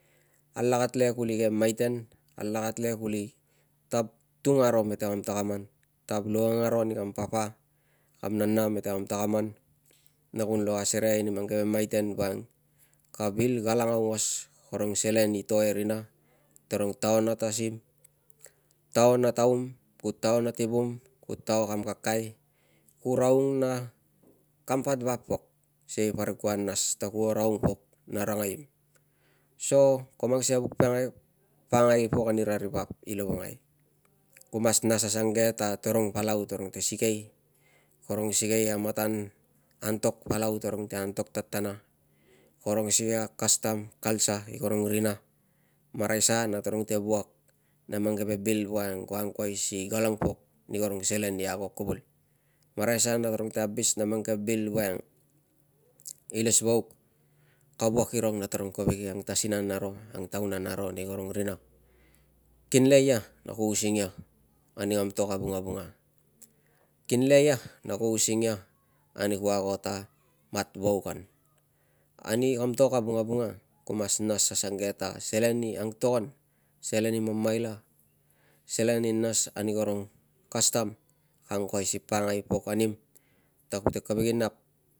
Alakat le kuli ke maiten, alakat le kuli tab tung aro mete takaman, tab longong aro ani kam papa, kam nana mete kam takaman na kun lo asereai ni mang keve maiten woiang ka vil galang aungos karong selen i to e rina, tarung taoa ni tasim, taoa na taum, ku taoa na tivum, ku taoa kam kakai, ku raung na kam patvap pok sikei parik kua nas ta kuo raung pok na rangaim. So ko mang sikei a vuk mengen si pakangai pok anira ri vap i lovongai. Ku mas nas asange ta tarong palau tarong te sikei, tarong sikei a matan antok palau tarung te antok tatana, karong sikei a kastam kalsa i karong rina, marai sa na tarung te wuak na mang keve bil woiang ko angkuai si galang pok ni karong selen i ago kuvul, marai sa na tarung te abis na mang keve bil woiang ilesvauk ka wuak irung na tarung kovek i angtasinan aro, ang taunan aro nei karong rina. Kinle ia na ku using ia ani kam to ka vungavunga, kinle ia na ku using ia ani ku ago ta mat vauk an, ani kam to ka vungavunga ku mas nas asange ta selen i angtogon, selen i mamaila, selen i nas ani karong kastam ka angkuai si ka pakangai pok anim ta kute kovek i nap